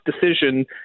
decision